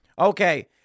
Okay